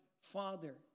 father